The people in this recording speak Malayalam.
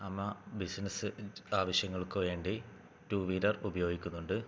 അമ്മ ബിസിനസ്സ് ആവശ്യങ്ങൾക്ക് വേണ്ടി ടു വീലർ ഉപയോഗിക്കുന്നുണ്ട്